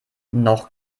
noch